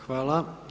Hvala.